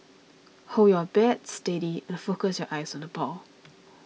hold your bat steady and focus your eyes on the ball